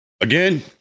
again